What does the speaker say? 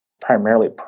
primarily